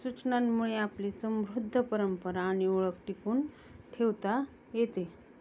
सूचनांमुळे आपली समृद्ध परंपरा आणि ओळख टिकून ठेवता येते